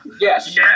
Yes